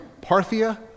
Parthia